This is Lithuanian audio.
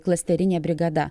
klasterinė brigada